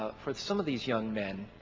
ah for some of these young men,